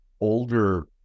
older